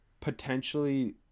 potentially